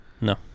No